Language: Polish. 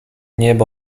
niebo